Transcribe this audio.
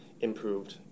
improved